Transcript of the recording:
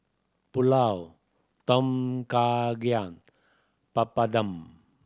Pulao Tom Kha Gai Papadum